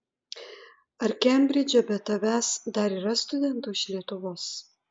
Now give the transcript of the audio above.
ar kembridže be tavęs dar yra studentų iš lietuvos